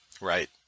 Right